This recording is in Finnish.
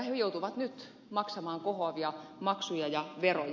he joutuvat nyt maksamaan kohoavia maksuja ja veroja